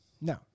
No